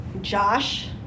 Josh